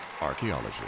Archaeology